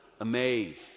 amazed